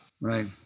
Right